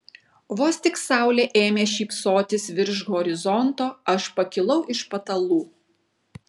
vos tik saulė ėmė šypsotis virš horizonto aš pakilau iš patalų